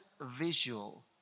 visual